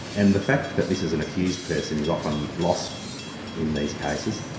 and the fact that this is an accused person is often lost in these cases.